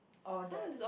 or the